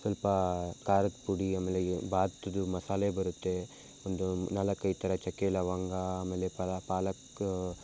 ಸ್ವಲ್ಪ ಖಾರದ ಪುಡಿ ಆಮೇಲೆ ಈ ಬಾತ್ದು ಮಸಾಲೆ ಬರುತ್ತೆ ಒಂದು ನಾಲ್ಕು ಐದು ಥರ ಚಕ್ಕೆ ಲವಂಗ ಆಮೇಲೆ ಪಲಾ ಪಾಲಕ್ಕು